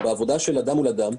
בעבודה של אדם מול אדם,